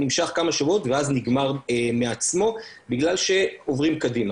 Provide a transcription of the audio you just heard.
נמשך כמה שבועות ואז נגמר מעצמו בגלל שעוברים קדימה.